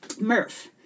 Murph